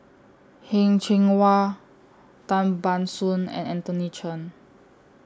Heng Cheng Hwa Tan Ban Soon and Anthony Chen